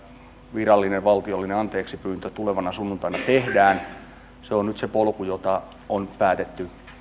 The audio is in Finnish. virallinen valtiollinen anteeksipyyntö tulevana sunnuntaina tehdään on nyt se polku jota on päätetty